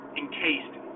encased